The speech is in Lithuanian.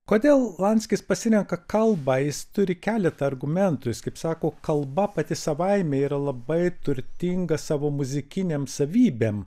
kodėl lanskis pasirenka kalbą jis turi keletą argumentų jis kaip sako kalba pati savaime yra labai turtinga savo muzikinėm savybėm